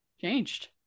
changed